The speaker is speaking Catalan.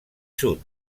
sud